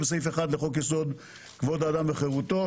וסעיף אחד לחוק יסוד: כבוד האדם וחירותו.